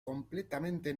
completamente